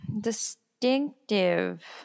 distinctive